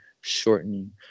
shortening